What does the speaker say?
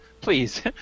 please